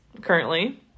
currently